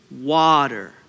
water